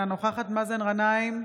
אינה נוכחת מאזן גנאים,